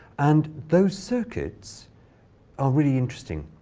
and those circuits are really interesting.